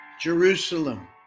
Jerusalem